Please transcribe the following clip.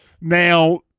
Now